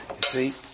see